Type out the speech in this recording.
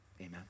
amen